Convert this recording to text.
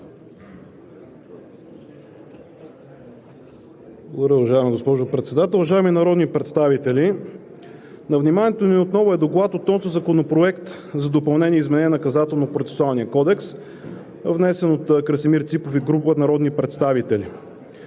Благодаря, уважаема госпожо Председател. Уважаеми народни представители, на вниманието ни отново е Доклад относно Законопроекта за допълнение и изменение на Наказателно-процесуалния кодекс, внесен от Красимир Ципов и група народни представители,